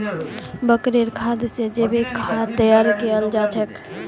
बकरीर गोबर से जैविक खाद तैयार कियाल जा छे